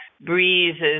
breezes